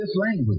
language